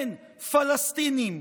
כן "פלסטינים",